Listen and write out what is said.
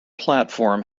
platform